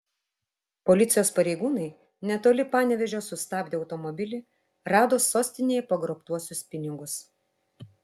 policijos pareigūnai netoli panevėžio sustabdę automobilį rado sostinėje pagrobtuosius pinigus